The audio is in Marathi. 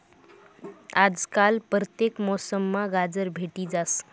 आजकाल परतेक मौसममा गाजर भेटी जास